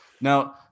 now